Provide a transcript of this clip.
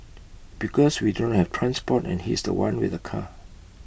because we do not have transport and he's The One with the car